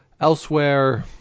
elsewhere